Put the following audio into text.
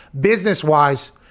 business-wise